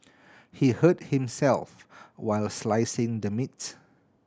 he hurt himself while slicing the meat